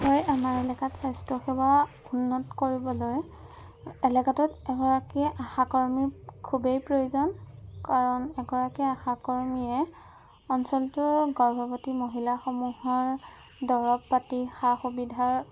হয় আমাৰ এলেকাত স্বাস্থ্যসেৱা উন্নত কৰিবলৈ এলেকাটোত এগৰাকী আশা কৰ্মীৰ খুবেই প্ৰয়োজন কাৰণ এগৰাকী আশা কৰ্মীয়ে অঞ্চলটোৰ গৰ্ভৱতী মহিলাসমূহৰ দৰৱ পাতি সা সুবিধাৰ